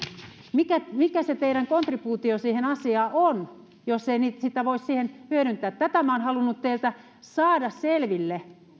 mikä mikä se teidän kontribuutionne asiaan on jos ei sitä voi siihen hyödyntää tätä minä olen halunnut teiltä saada selville